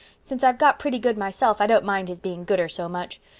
since i've got pretty good myself i don't mind his being gooder so much.